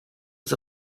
was